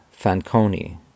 Fanconi